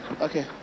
Okay